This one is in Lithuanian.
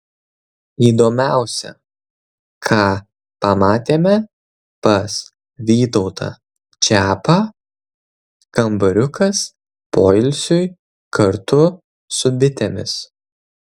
įdomiausia ką pamatėme pas vytautą čiapą kambariukas poilsiui kartu su bitėmis